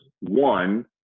One